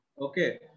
okay